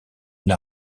une